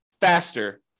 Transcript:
faster